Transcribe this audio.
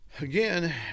again